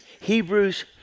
Hebrews